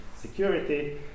security